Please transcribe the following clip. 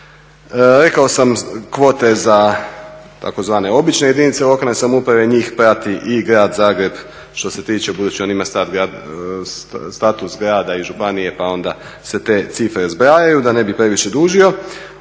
Rekao sam kvote za tzv. obične jedinice lokalne samouprave, njih prati i Grad Zagreb što se tiče budući da on ima status grada i županije pa onda se te cifre zbrajaju, da ne bih previše dužio.